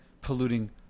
polluting